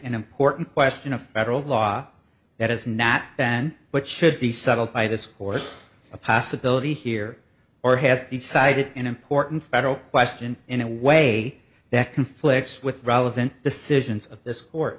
an important question a federal law that is not then what should be settled by this court a possibility here or has decided an important federal question in a way that conflicts with relevant decisions of this court